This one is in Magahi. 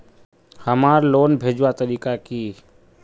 हमार लोन भेजुआ तारीख की?